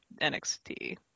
NXT